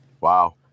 Wow